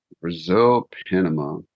Brazil-Panama